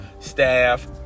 staff